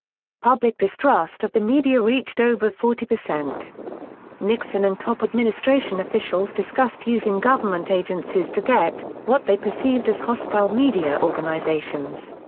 public distrust of the media reached over forty. nixon and top administration officials discussed using government agencies to get what they perceived as hostile media organizations.